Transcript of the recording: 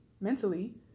mentally